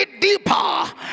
deeper